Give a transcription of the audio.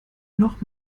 noch